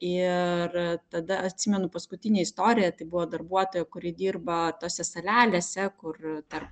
ir tada atsimenu paskutinę istoriją tai buvo darbuotoja kuri dirba tose salelėse kur tarp